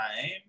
time